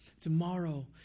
tomorrow